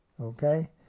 Okay